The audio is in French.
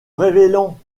révélant